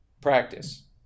practice